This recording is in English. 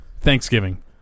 Thanksgiving